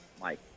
Mike